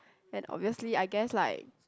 then obviously I guess like